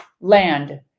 land